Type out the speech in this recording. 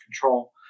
control